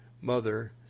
mother